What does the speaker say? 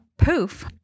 poof